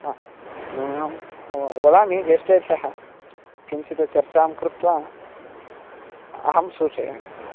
हा नूनं वदामि जेष्टेभ्यः किञ्चित् चर्चां कृत्वा अहं सूचयामि